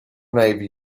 navy